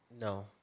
No